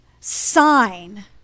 sign